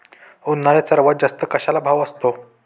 उन्हाळ्यात सर्वात जास्त कशाला भाव असतो?